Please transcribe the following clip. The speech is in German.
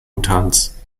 utans